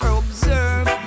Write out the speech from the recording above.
observe